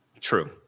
True